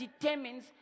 determines